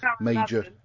major